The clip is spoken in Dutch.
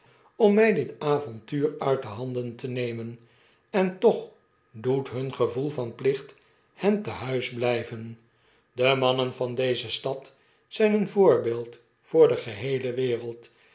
om my dit avontuur uit de handen te nemen en toch doet hun gevoel van plicht hen te huis blijven de mannen van dezestad zijn een voorbeeld voor de geheele wereld